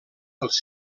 els